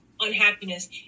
unhappiness